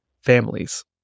families